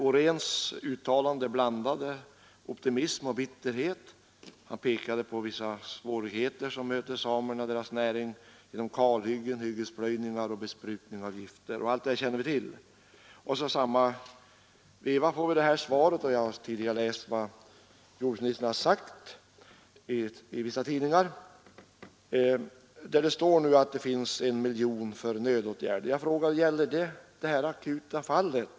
Åhréns uttalande blandar optimism och bitterhet. Han pekade bl.a. på de svårigheter som möter samerna och deras näring genom kalhyggen, hyggesplöjningar och giftbesprutningar, och allt detta känner vi ju till. Ungefär samtidigt lämnas detta svar, och jag har också läst vad jordbruksministern har sagt i vissa tidningar, nämligen att det finns 1 miljon kronor för nödåtgärder. Jag frågar: Gäller detta det här akuta fallet?